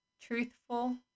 truthful